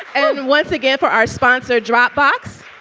and once again for our sponsor, dropbox.